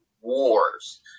wars